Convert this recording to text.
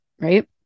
right